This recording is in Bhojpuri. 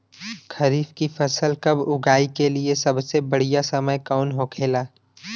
खरीफ की फसल कब उगाई के लिए सबसे बढ़ियां समय कौन हो खेला?